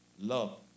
love